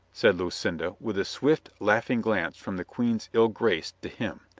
said lucinda, with a swift, laughing glance from the queen's ill grace to him.